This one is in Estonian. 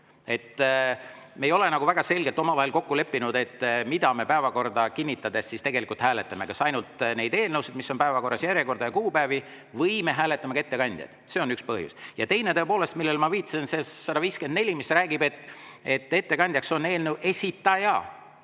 Me ei ole väga selgelt omavahel kokku leppinud, mida me päevakorda kinnitades tegelikult hääletame, kas ainult neid eelnõusid, mis on päevakorras, järjekorda ja kuupäevi, või me hääletame ka ettekandjaid. See on üks põhjus. Ja teine, tõepoolest, millele ma viitasin, on see § 154, mis räägib, et ettekandjaks on eelnõu esitaja.